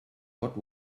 what